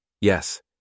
Yes